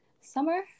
summer